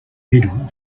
middle